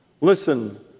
Listen